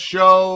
Show